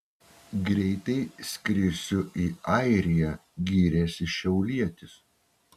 greitai skrisiu į airiją gyrėsi šiaulietis